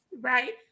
Right